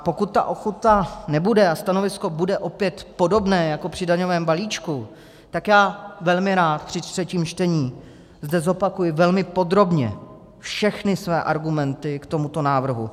Pokud ta ochota nebude a stanovisko bude opět podobné jako při daňovém balíčku, tak zde velmi rád při třetím čtení zopakuji velmi podrobně všechny své argumenty k tomuto návrhu.